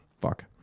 Fuck